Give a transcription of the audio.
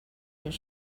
his